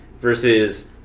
Versus